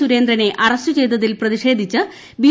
സുരേന്ദ്രനെ അറസ്റ്റ് ചെയ്തതിൽ പ്രതിഷേധിച്ച് ബി